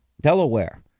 Delaware